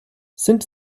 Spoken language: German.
sind